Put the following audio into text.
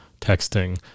texting